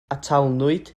atalnwyd